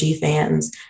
fans